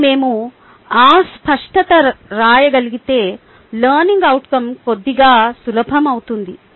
మరియు మేము ఆ స్పష్టత రాయగలిగితే లెర్నింగ్ అవుట్కం కొద్దిగా సులభం అవుతుంది